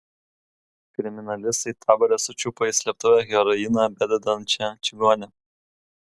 kriminalistai tabore sučiupo į slėptuvę heroiną bededančią čigonę